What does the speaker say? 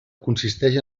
consisteix